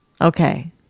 Okay